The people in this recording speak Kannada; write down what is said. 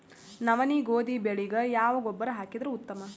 ನವನಿ, ಗೋಧಿ ಬೆಳಿಗ ಯಾವ ಗೊಬ್ಬರ ಹಾಕಿದರ ಉತ್ತಮ?